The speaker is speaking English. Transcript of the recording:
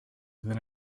than